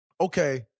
okay